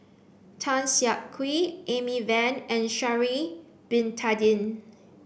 Tan Siak Kew Amy Van and Sha'ari Bin Tadin